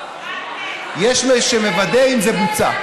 יש מי שמוודא אם זה בוצע.